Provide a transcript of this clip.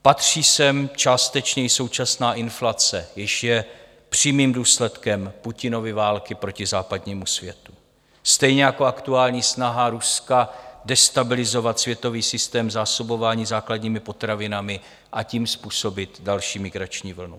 Patří sem částečně i současná inflace, jež je přímým důsledkem Putinovy války proti západnímu světu, stejně jako aktuální snaha Ruska destabilizovat světový systém zásobování základními potravinami a tím způsobit další migrační vlnu.